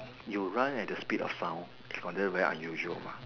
you run at the speed of sound is considered very unusual mah